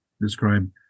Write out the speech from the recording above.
describe